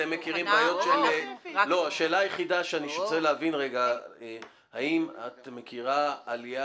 מה שאני רוצה להבין זה האם את מכירה עלייה